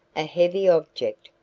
a heavy object,